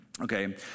Okay